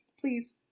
Please